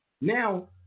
Now